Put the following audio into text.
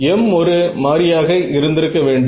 m ஒரு மாறியாக இருந்திருக்க வேண்டும்